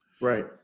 Right